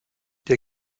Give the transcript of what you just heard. der